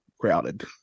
crowded